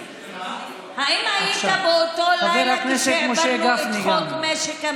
חבר הכנסת משה גפני גם.